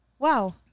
Wow